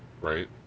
Right